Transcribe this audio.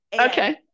Okay